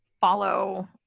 follow